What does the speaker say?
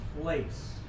place